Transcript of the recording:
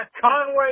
Conway